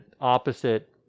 opposite